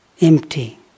empty